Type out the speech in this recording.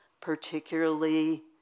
particularly